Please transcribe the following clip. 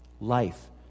life